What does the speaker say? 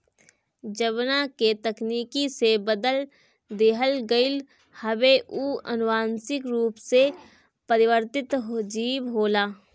जवना के तकनीकी से बदल दिहल गईल हवे उ अनुवांशिक रूप से परिवर्तित जीव होला